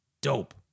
dope